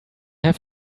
have